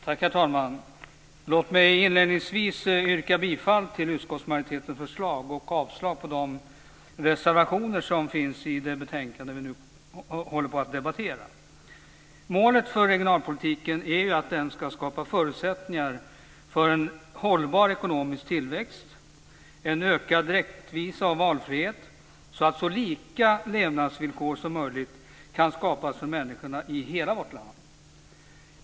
Herr talman! Låt mig inledningsvis yrka bifall till utskottsmajoritetens förslag och avslag på de reservationer som finns till det betänkande som vi nu håller på att debattera. Målet för regionalpolitiken är att den ska skapa förutsättningar för en hållbar ekonomisk tillväxt, en ökad rättvisa och valfrihet så att så lika levnadsvillkor som möjligt kan skapas för människorna i hela vårt land.